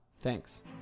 Thanks